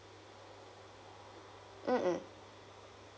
mm mm